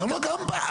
כמה?